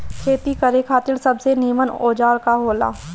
खेती करे खातिर सबसे नीमन औजार का हो ला?